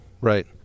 Right